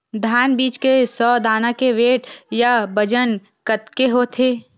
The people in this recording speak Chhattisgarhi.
धान बीज के सौ दाना के वेट या बजन कतके होथे?